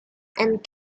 and